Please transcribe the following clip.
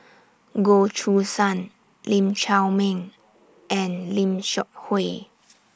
Goh Choo San Lee Chiaw Meng and Lim Seok Hui